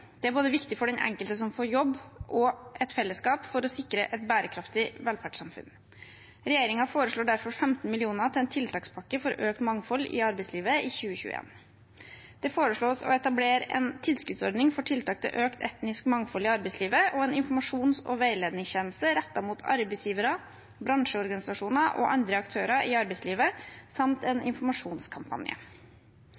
Det er viktig både for den enkelte som får jobb, for fellesskapet og for å sikre et bærekraftig velferdssamfunn. Regjeringen foreslår derfor 15 mill. kr til en tiltakspakke for økt mangfold i arbeidslivet i 2021. Det foreslås å etablere en tilskuddsordning for tiltak til økt etnisk mangfold i arbeidslivet og en informasjons- og veiledningstjeneste rettet mot arbeidsgivere, bransjeorganisasjoner og andre aktører i arbeidslivet samt en